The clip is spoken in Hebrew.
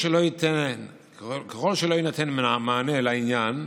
ככל שלא יינתן מענה לעניין,